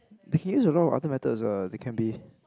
they can use a lot of other methods what they can be